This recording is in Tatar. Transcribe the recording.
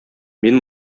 мин